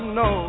no